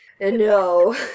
No